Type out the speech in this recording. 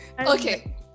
okay